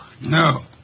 No